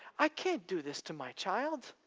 i can't do this to my child,